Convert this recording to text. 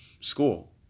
school